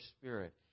spirit